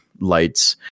lights